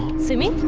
simi.